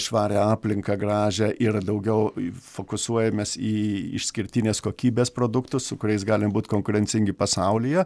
švarią aplinką gražią ir daugiau fokusuojamės į išskirtinės kokybės produktus su kuriais galim būt konkurencingi pasaulyje